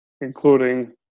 including